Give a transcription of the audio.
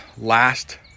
last